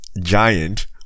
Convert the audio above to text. giant